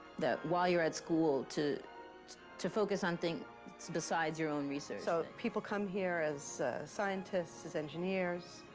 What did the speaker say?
that while you're at school to to focus on things besides your own research. so people come here as scientists, as engineers,